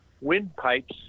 windpipes